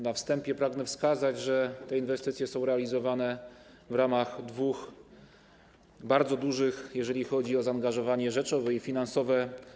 Na wstępie pragnę wskazać, że te inwestycje są realizowane w ramach dwóch programów, bardzo dużych, jeżeli chodzi o zaangażowanie rzeczowe i finansowe.